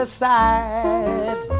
side